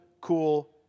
cool